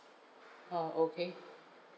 oh okay